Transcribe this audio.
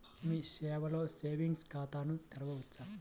మీ సేవలో సేవింగ్స్ ఖాతాను తెరవవచ్చా?